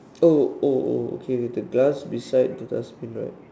oh oh oh okay the glass beside the dustbin right